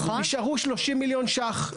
נשארו 30 מיליון שקלים,